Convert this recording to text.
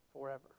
forever